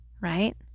right